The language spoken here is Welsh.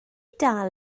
dal